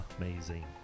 amazing